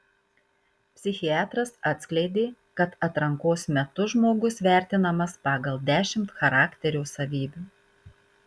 psichiatras atskleidė kad atrankos metu žmogus vertinamas pagal dešimt charakterio savybių